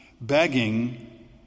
begging